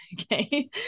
okay